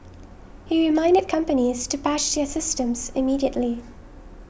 he reminded companies to patch their systems immediately